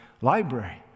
Library